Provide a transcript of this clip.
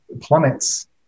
plummets